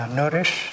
nourish